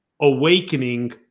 awakening